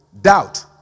doubt